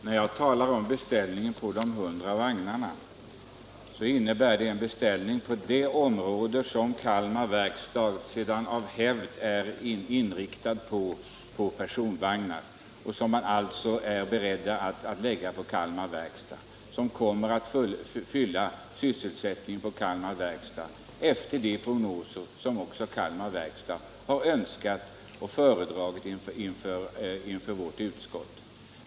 Herr talman! Den beställning av 100 vagnar som jag talar om innebär en order på det område som Kalmar Verkstad av hävd är inriktad på, nämligen personvagnar. Denna beställning, som man alltså är beredd att lägga ut hos Kalmar Verkstad, kommer att fylla sysselsättningen på Kalmar Verkstad enligt företagets önskemål och enligt de prognoser som företaget också föredragit inför utskottet.